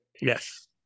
Yes